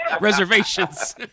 reservations